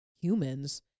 humans